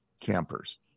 Campers